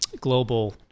global